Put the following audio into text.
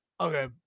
Okay